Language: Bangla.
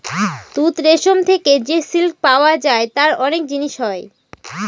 তুত রেশম থেকে যে সিল্ক পাওয়া যায় তার অনেক জিনিস হয়